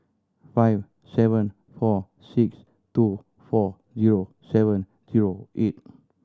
five seven four six two four zero seven zero eight